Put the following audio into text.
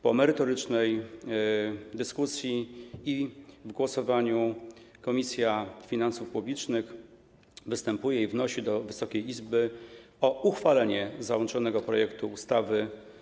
Po merytorycznej dyskusji i głosowaniu Komisja Finansów Publicznych występuje i wnosi do Wysokiej Izby o uchwalenie załączonego projektu ustawy.